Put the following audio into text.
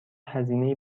هزینه